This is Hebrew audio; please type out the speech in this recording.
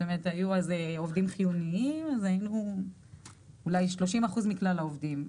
היו אז עובדים חיוניים והיו אולי 30% מכלל העובדים.